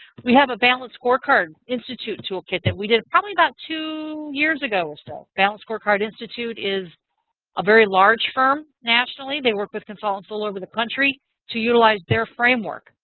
we have a balance scorecard institute toolkit that we did probably about two years ago. so balance scorecard institute is a very large firm nationally. they work with consultants all over the country to utilize their framework.